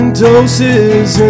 Doses